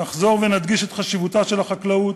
נחזור ונדגיש את חשיבות החקלאות,